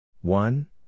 one